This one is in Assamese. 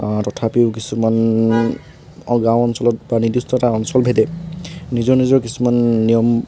তথাপিও কিছুমান গাঁও অঞ্চলত বা নিৰ্দিষ্ট এটা অঞ্চলভেদে নিজৰ নিজৰ কিছুমান নিয়ম